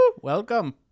Welcome